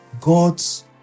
god's